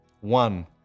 One